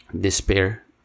despair